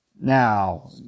Now